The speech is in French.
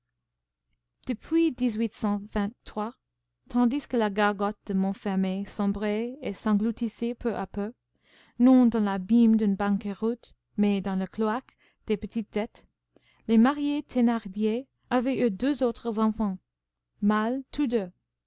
depuis tandis que la gargote de montfermeil sombrait et s'engloutissait peu à peu non dans l'abîme d'une banqueroute mais dans le cloaque des petites dettes les mariés thénardier avaient eu deux autres enfants mâles tous deux